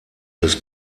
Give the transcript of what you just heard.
des